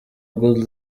good